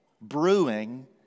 brewing